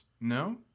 No